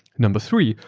number three,